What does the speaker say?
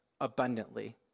abundantly